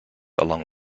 along